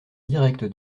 directe